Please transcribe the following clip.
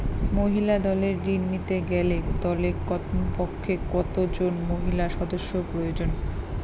মহিলা দলের ঋণ নিতে গেলে দলে কমপক্ষে কত জন মহিলা সদস্য প্রয়োজন?